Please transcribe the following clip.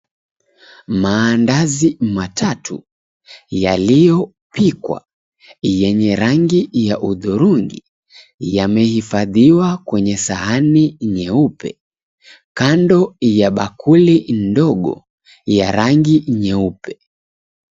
Mandazi matatu yaliyopikwa yenye rangi ya hudhurungi yamehifadhiwa kwenye sahani nyeupe kando na bakuli ndogo ya rangi nyeupe.